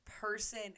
person